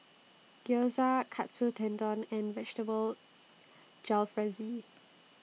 Gyoza Katsu Tendon and Vegetable Jalfrezi